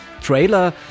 trailer